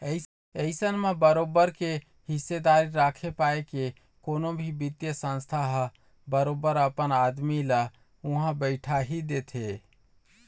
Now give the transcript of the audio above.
अइसन म बरोबर के हिस्सादारी रखे पाय के कोनो भी बित्तीय संस्था ह बरोबर अपन आदमी ल उहाँ बइठाही देथे